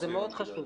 זה מאוד חשוב.